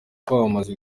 kwamamaza